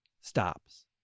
stops